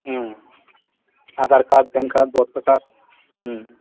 Aadhaar card PAN card voter card